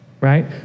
Right